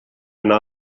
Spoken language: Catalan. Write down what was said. anar